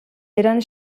eren